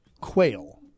quail